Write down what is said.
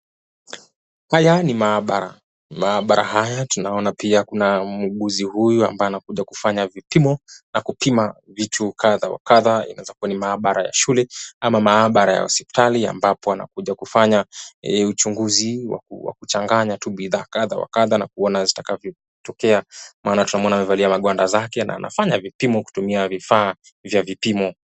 Haya ni maabara. Maabara haya tunaona pia kuna muuguzi huyu ambaye anakuja kufanya vipimo na kupima vitu kadha wa kadha. Inaweza kuwa ni maabara ya shule ama maabara ya hospitali ambapo wanakuja kufanya uchunguzi wa kuchanganya tu bidhaa kadha wa kadha na kuona zitakavyotokea. Maana tunamuona amevalia magwanda zake na anafanya vipimo kutumia vifaa vya vipimo.